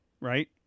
right